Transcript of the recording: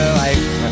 life